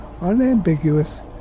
unambiguous